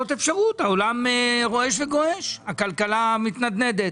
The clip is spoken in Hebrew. זאת אפשרות, העולם רועש וגועש, הכלכלה מתנדנדת.